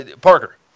parker